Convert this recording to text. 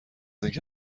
اینکه